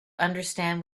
understand